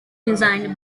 designed